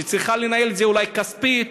שצריכה לנהל את זה אולי כספית,